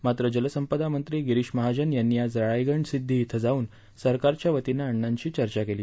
मात्र जलसंपदा मंत्री गिरीश महाजन यांनी आज राळेगण सिद्धि इथं जाऊन सरकारच्यावतीनं अण्णांशी चर्चा केली